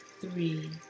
three